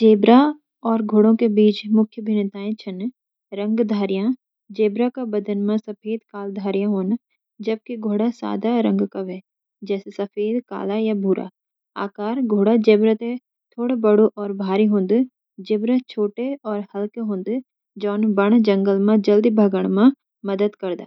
ज़ेबरा और घोड़ों के बीच कई मुख्य भिन्नताएँ छन: रंग/धारियाँ: ज़ेबरा क बदन म सफेद-काल धारियाँ ह्वन, जब कि घोड़ा सादा रंग को ह्वे (जैसे सफेद, काला, या भूरा)। आकार: घोड़ा ज़ेबरा ते थोड़ु बड्डुं और भारी हूंद। ज़ेबरा छोटे और हलके हुंद, जोन बण-जंगल म जल्दी भगण म मदत करदा।